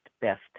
best